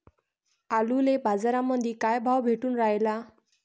आलूले बाजारामंदी काय भाव भेटून रायला?